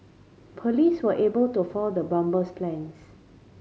police were able to foil the bomber's plans